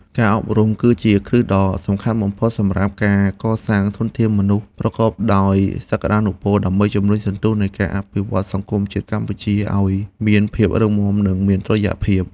ការអប់រំគឺជាគ្រឹះដ៏សំខាន់បំផុតសម្រាប់ការកសាងធនធានមនុស្សប្រកបដោយសក្ដានុពល ដើម្បីជំរុញសន្ទុះនៃការអភិវឌ្ឍសង្គមជាតិកម្ពុជាឱ្យមានភាពរឹងមាំនិងមានតុល្យភាព។